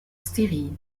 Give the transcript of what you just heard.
styrie